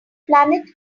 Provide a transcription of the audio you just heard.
planet